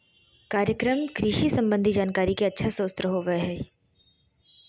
कार्यक्रम कृषि संबंधी जानकारी के अच्छा स्रोत होबय हइ